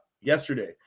yesterday